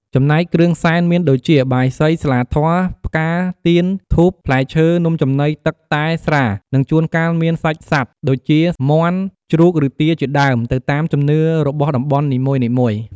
ចំណែកគ្រឿងសែនមានដូចជា បាយសី ស្លាធម៌ ផ្កា ទៀន ធូប ផ្លែឈើ នំចំណី ទឹក តែ ស្រា និងជួនកាលមានសាច់សត្វ ដូចជា មាន់ ជ្រូកឬទាជាដើម ទៅតាមជំនឿរបស់តំបន់នីមួយៗ។